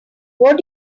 what